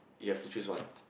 you have to choose one